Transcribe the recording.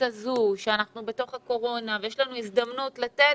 הזו שאנחנו בתוך הקורונה ויש לנו הזדמנות לתת,